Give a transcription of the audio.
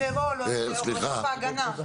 --- חוק ההגנה.